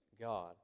God